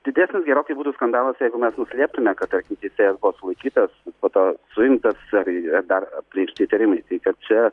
didesnis gerokai būtų skandalas jeigu mes nuslėptume kad tarkim teisėjas buvo sulaikytas po to suimtas ir ar dar pareikšti įtarimai tai kad čia